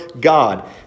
God